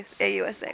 AUSA